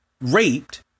raped